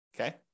Okay